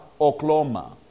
Oklahoma